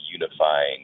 unifying